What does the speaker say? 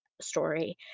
story